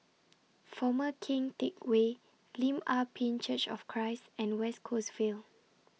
Former Keng Teck Whay Lim Ah Pin Church of Christ and West Coast Vale